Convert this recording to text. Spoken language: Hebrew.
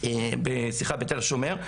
- בהדסה ובתל השומר.